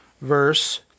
verse